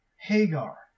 Hagar